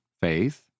faith